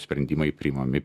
sprendimai priimami